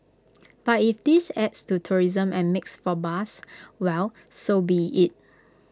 but if this adds to tourism and makes for buzz well so be IT